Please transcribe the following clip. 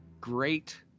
great